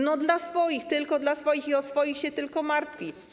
No, dla swoich, tylko dla swoich i o swoich się tylko martwi.